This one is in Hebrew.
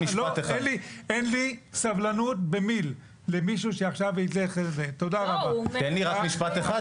אין לי סבלנות במיל למי שעכשיו --- תן לי רק משפט אחד,